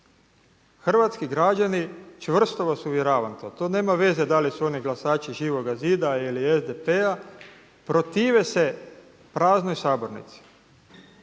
Hrvatski građani čvrsto vas uvjeravam, to nema veze da li su oni glasači Živoga zida ili SDP-a protive se praznoj sabornici.